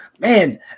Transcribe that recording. Man